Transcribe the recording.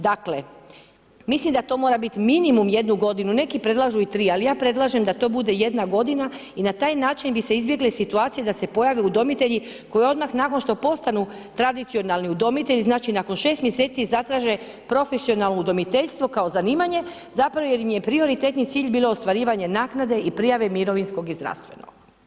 Dakle, mislim da to mora biti minimum jednu godinu, neki predlažu i tri ali ja predlažem da to bude jedna godina i na taj način bi se izbjegle situacije da se pojave udomitelji koji odmah nakon što postanu tradicionalni udomitelji, znači nakon 6 mjeseci zatraže profesionalno udomiteljstvo kao zanimanje zapravo jer im je prioritetni cilj bilo ostvarivanje naknade i prijave mirovinskog i zdravstvenog.